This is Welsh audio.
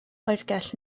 oergell